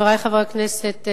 חברי חברי הכנסת,